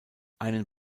einen